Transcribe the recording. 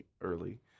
early